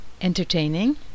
entertaining